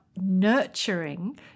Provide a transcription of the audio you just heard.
nurturing